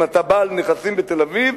אם אתה בעל נכסים בתל-אביב,